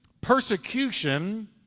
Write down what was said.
Persecution